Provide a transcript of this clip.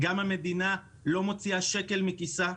וגם המדינה לא מוציאה שקל מכיסה.